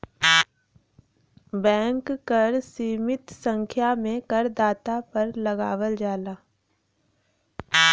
bank कर सीमित संख्या में करदाता पर लगावल जाला